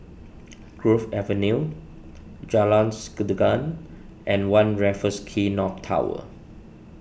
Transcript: Grove Avenue Jalan Sikudangan and one Raffles Quay North Tower